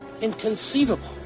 Inconceivable